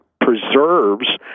preserves